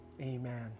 amen